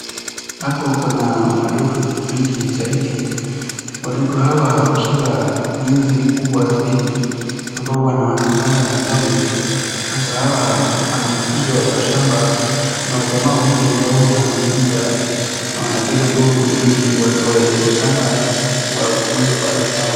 Hapo kuna madudu wengi zaidi. Wadudu hawa wakiwa nzi kubwa zaidi ambao wanakulanga matawi. Sasa hawa wanafukuzwa kwa shamba. Kuna majamaa wawili ambao wanafukuza wanapiga nduru ili watoe izo shamba na wafuunze kwa ardhi yao.